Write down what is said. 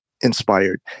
inspired